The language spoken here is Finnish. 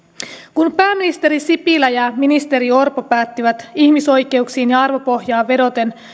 kun pääministeri sipilä ja ministeri orpo päättivät ihmisoikeuksiin ja arvopohjaan vedoten